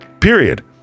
Period